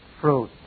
fruit